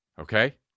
okay